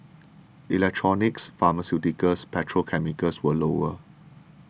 electronics pharmaceuticals petrochemicals were lower